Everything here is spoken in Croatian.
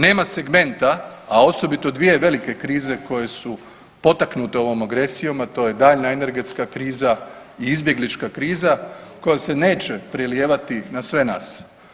Nema segmenta, a osobito dvije velike krize koje su potaknute ovom agresijom, a to je daljnja energetska kriza i izbjeglička kriza koja se neće prelijevati na sve nas.